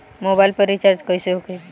Mobile पर recharge कैसे होखी?